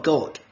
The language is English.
God